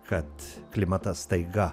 kad klimatas staiga